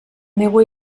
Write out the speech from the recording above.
meua